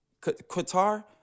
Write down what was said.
Qatar